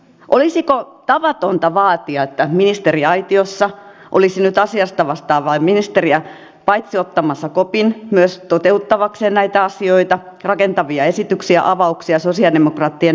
olisiko tavatonta vaatia että ministeriaitiossa olisi nyt asiasta vastaava ministeri paitsi ottamassa kopin myös toteuttaakseen näitä asioita rakentavia esityksiä avauksia sosialidemokraattien näkemyksiä